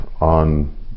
on